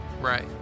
Right